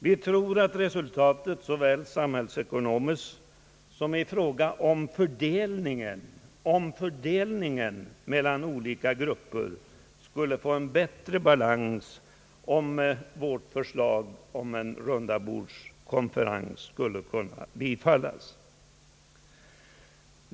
Vi tror att resultaten såväl samhällsekonomiskt som i fråga om fördelningen mellan olika grupper skulle få en bättre balans om vårt förslag om en rundabordskonferens bifölles.